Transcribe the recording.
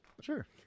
Sure